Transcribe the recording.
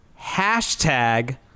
Hashtag